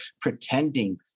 pretending